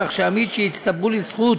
כך שעמית שהצטברו לזכותו,